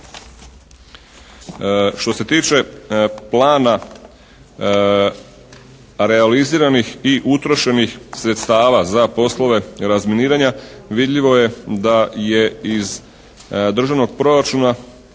Što se tiče plana realiziranih i utrošenih sredstava za poslove razminiranja vidljivo je da je iz državnog proračuna